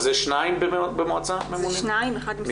שניים במועצה ממונים?